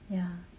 ya